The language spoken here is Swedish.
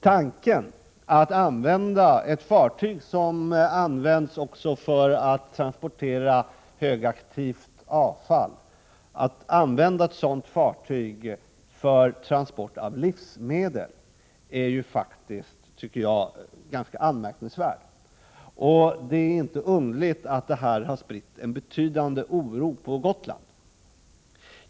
Tanken att ett fartyg som använts för att transportera högaktivt avfall också skall användas för transport av livsmedel är, tycker jag, ganska anmärkningsvärd. Det är inte underligt att detta har spritt en betydande oro på Gotland.